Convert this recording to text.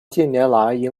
近年来